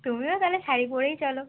তুমও তাহলে শাড়ি পরেই চলো